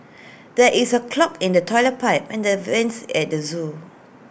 there is A clog in the Toilet Pipe and the vents at the Zoo